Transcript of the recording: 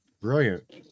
Brilliant